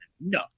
No